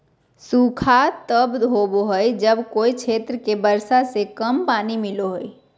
सूखा तब होबो हइ जब कोय क्षेत्र के वर्षा से कम पानी मिलो हइ